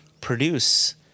produce